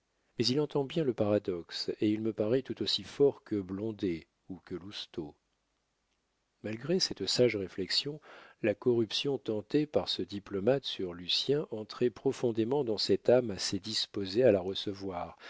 mais il entend bien le paradoxe et il me paraît tout aussi fort que blondet ou que lousteau malgré cette sage réflexion la corruption tentée par ce diplomate sur lucien entrait profondément dans cette âme assez disposée à la recevoir